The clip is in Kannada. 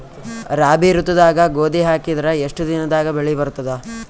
ರಾಬಿ ಋತುದಾಗ ಗೋಧಿ ಹಾಕಿದರ ಎಷ್ಟ ದಿನದಾಗ ಬೆಳಿ ಬರತದ?